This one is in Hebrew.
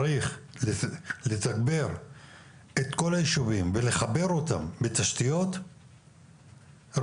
צריך לתגבר את כל היישובים ולחבר אותם בתשתיות ראויות